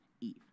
Eve